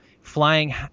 Flying